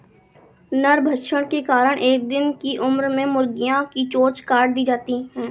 नरभक्षण के कारण एक दिन की उम्र में मुर्गियां की चोंच काट दी जाती हैं